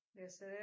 Yes